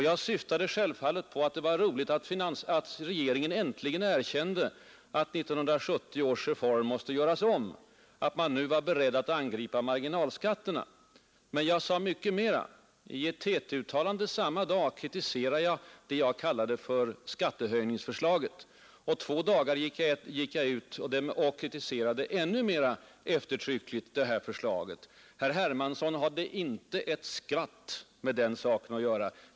Jag syftade självfallet på att det var roligt att regeringen äntligen erkände att 1970 års reform måste göras om, att regeringen nu var beredd att angripa marginalskatterna. Men jag sade mycket mera. I ett TT-uttalande samma dag kritiserade jag det jag kallade för ”skattehöjningsförslaget”. Två dagar senare gick jag ut och kritiserade förslaget ännu mera eftertryckligt. Herr Hermansson hade inte ett skvatt med den saken att göra.